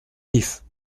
ifs